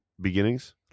beginnings